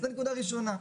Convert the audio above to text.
זאת הנקודה הראשונה.